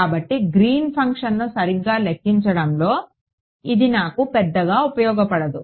కాబట్టి గ్రీన్ ఫంక్షన్ను సరిగ్గా లెక్కించడంలో ఇది నాకు పెద్దగా ఉపయోగపడదు